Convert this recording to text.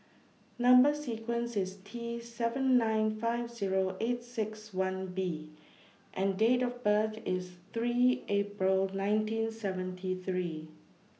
Number sequence IS T seven nine five Zero eight six one B and Date of birth IS three April nineteen seventy three